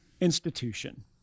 institution